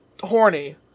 horny